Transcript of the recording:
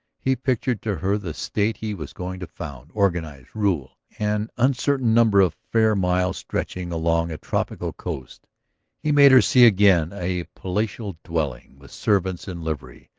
he pictured to her the state he was going to found, organize, rule, an uncertain number of fair miles stretching along a tropical coast he made her see again a palatial dwelling with servants in livery,